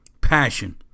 Passion